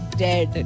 dead